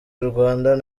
rwandan